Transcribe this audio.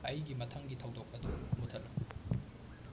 ꯑꯩꯒꯤ ꯃꯊꯪꯒꯤ ꯊꯧꯗꯣꯛ ꯑꯗꯨ ꯃꯨꯊꯠꯂꯨ